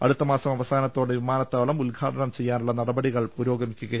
അടുത്ത മാസം അവസാനത്തോടെ വിമാനത്താവളം ഉദ്ഘാടനം ചെ യ്യാനുള്ള നടപടികളാണ് പുരോഗമിക്കുന്നത്